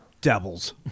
Devils